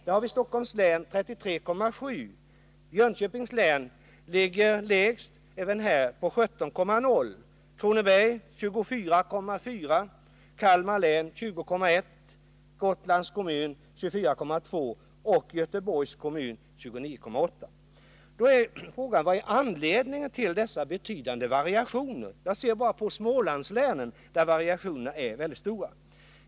För Stockholms län är siffran 33,7, för Jönköpings län, som även här ligger lägst, är den 17,0, för Kronobergs län 24,4, för Kalmar län 20,1, för Gotlands kommun 24,2 och för Göteborgs kommun 29,8. Då är frågan: Vad är anledningen till dessa betydande variationer? Om man bara ser på Smålandslänen kan man konstatera att variationerna är mycket stora.